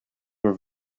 were